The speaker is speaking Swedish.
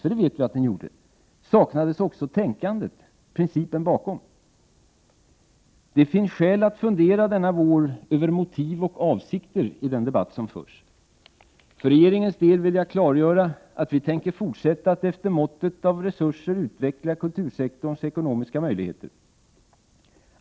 Vi vet ju att så var fallet; saknades också tänkandet, principen bakom? Nog finns det skäl att denna vår fundera över motiv och avsikter i den debatt som förs. För regeringens del vill jag klargöra att vi tänker fortsätta att efter måttet av resurser utveckla kultursektorns ekonomiska möjligheter.